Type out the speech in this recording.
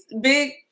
Big